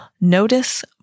notice